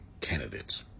candidates